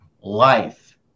life